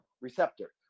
receptor